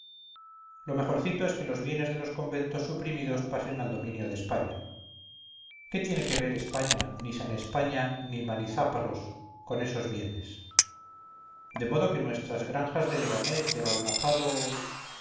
lo mejorcito es que los bienes de los conventos suprimidos pasen al dominio de españa qué tiene que ver españa ni san españa ni marizápalos con esos bienes de modo que nuestras granjas de leganés de valmojado